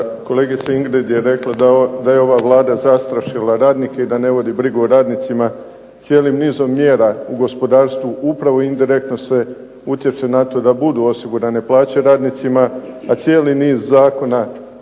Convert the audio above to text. Kolegica Ingrid je rekla da je ova Vlada zastrašila radnike i da ne vodi brigu o radnicima. Cijelim nizom mjera u gospodarstvu upravo indirektno se utječe na to da budu osigurane plaće radnicima a cijeli niz zakona